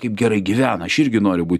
kaip gerai gyvena aš irgi noriu būt